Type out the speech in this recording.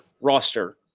roster